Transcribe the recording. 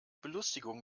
belustigung